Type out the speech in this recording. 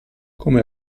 come